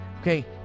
okay